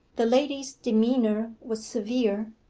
the lady's demeanour was severe,